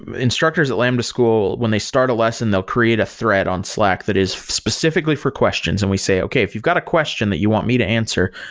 instructors at lambda school, when they start a lesson, they're create a thread on slack that is specifically for questions and we say, okay. if you've got a question that you want me to answer,